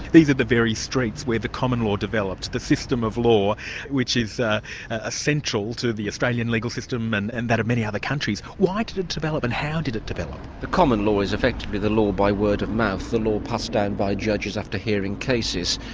these are the very streets where the common law developed, the system of law which is ah essential to the australian legal system and and that of many other countries. why did it develop, and how did it develop? the common law is effectively the law by word of mouth, the law passed down by judges after hearing cases.